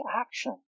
action